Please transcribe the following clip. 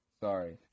Sorry